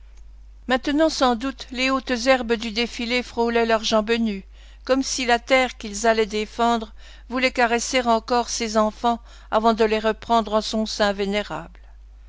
maintenant sans doute les hautes herbes du défilé frôlaient leurs jambes nues comme si la terre qu'ils allaient défendre voulait caresser encore ses enfants avant de les reprendre en son sein vénérable